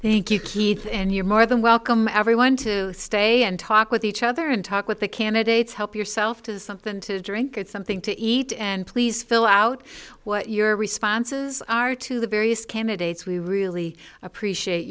keith and you're more than welcome everyone to stay and talk with each other and talk with the candidates help yourself to something to drink at something to eat and please fill out what your responses are to the various candidates we really appreciate